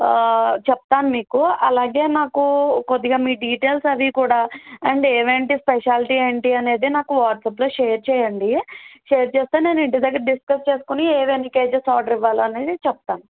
చెప్తాను మీకు అలాగే నాకు కొద్దిగా మీ డీటెయిల్స్ అవి కూడా అండ్ ఏంటి స్పెషాలిటి ఏంటి అనేది నాకు వాట్సప్లో షేర్ చేయండి షేర్ చేస్తే నేను ఇంటి దగ్గర డిస్కస్ చేసుకుని ఏది ఎన్ని కేజీస్ ఆర్డర్ ఇవ్వాలా అనేది చెప్తాను